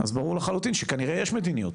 אז ברור לחלוטין שכנראה יש מדיניות,